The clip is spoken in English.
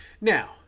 Now